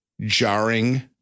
jarring